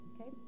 Okay